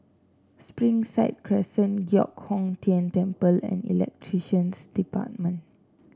Springside Crescent Giok Hong Tian Temple and Elections Department